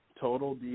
total